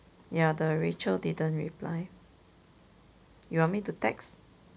ya the rachel didn't reply you want me to text